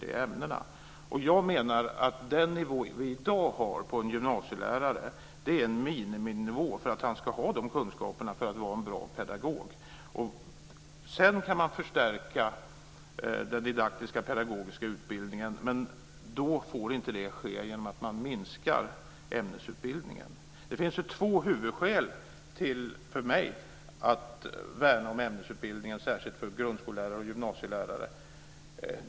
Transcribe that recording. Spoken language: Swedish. Det bli ungefär Jag menar att den nivå vi i dag har på en gymnasielärare är en miniminivå. Han ska ha de kunskaperna för att vara en bra pedagog. Man kan förstärka den didaktiskt pedagogiska utbildningen, men det får inte ske genom att man minskar ämnesutbildningen. Det finns för mig två huvudskäl till att värna om ämnesutbildningen för särskilt grundskollärare och gymnasielärare.